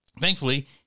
Thankfully